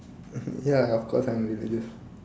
ya of course I'm religious